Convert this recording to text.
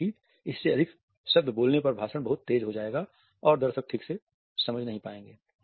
क्योंकि इससे अधिक शब्द बोलने पर भाषण बहुत तेज हो जाएगा और दर्शक ठीक से समझ नहीं पाएंगे